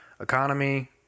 Economy